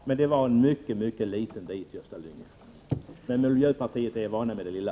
Herr talman! Det är en mycket, mycket liten bit, Gösta Lyngå. Men ni i miljöpartiet är väl vana vid det lilla.